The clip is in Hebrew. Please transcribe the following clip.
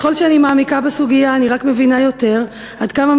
ככל שאני מעמיקה בסוגיה אני רק מבינה יותר עד כמה